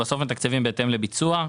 בסוף אנחנו מתקצבים בהתאם לביצוע.